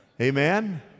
Amen